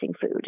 food